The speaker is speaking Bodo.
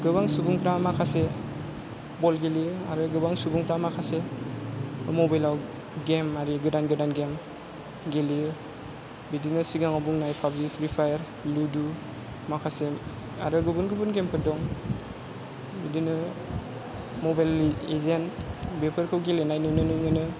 गोबां सुबुंफ्रा माखासे बल गेलेयो आरो गोबां सुबुंफ्रा माखासे मबाइलाव गेम आरि गोदान गोदान गेम गेलेयो बिदिनो सिगाङाव बुंनाय पाबजि फ्रि फायार लुद' माखासे आरो गुबुन गुबुन गेमफोर दं बिदिनो मबाइल लिजेन्ड बेफोरखौ गेलेनाय नुनो मोनो